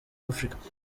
africa